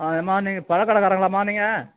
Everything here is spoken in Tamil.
ஆ எம்மா நீ பழக்கடக்காரங்களாம்மா நீங்கள்